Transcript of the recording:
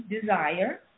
desire